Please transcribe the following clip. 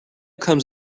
comes